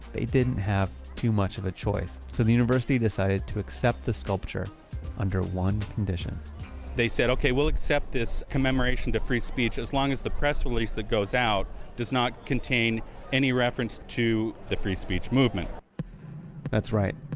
they didn't have too much of a choice, so the university decided to accept the sculpture under one condition they said, okay, we'll accept this commemoration to free speech, as long as the press release that goes out does not contain any reference to the free speech movement that's right.